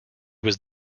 was